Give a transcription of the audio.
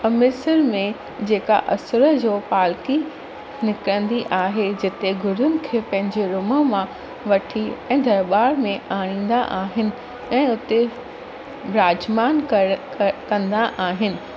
अमृतसर में जेका असुर जो पालकी निकिरंदी आहे जिते गुरुनि खे पंहिंजे रूम मां वठी ऐं दरबार में आणींदा आहिनि ऐं उते विराजमानु करे क कंदा आहिनि